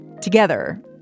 Together